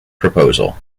proposal